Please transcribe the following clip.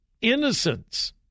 innocence